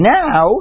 now